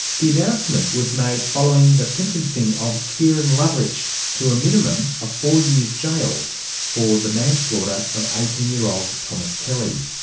the announcement was made following the sentencing of kieren loveridge to a minimum of four years jail for the manslaughter of eighteen year old thomas kelly.